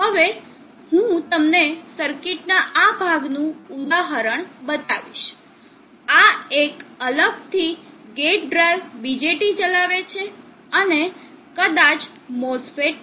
હવે હું તમને સર્કિટના આ ભાગનું ઉદાહરણ બતાવીશ આ એક અલગથી ગેટ ડ્રાઇવ BJT ચલાવે છે અને કદાચ MOSFET પણ